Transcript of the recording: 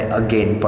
again